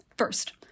First